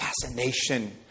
fascination